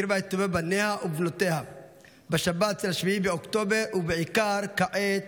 שהקריבה את טובי בניה ובנותיה בשבת 7 באוקטובר ובעיקר כעת,